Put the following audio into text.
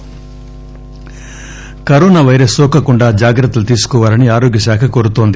add corona virus నోకకుండా జాగ్రత్తలు తీసుకోవాలని ఆరోగ్యశాఖ కోరుతోంది